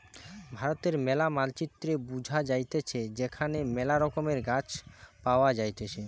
ভারতের ম্যালা মানচিত্রে বুঝা যাইতেছে এখানে মেলা রকমের গাছ পাওয়া যাইতেছে